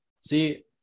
See